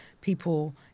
people